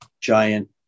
giant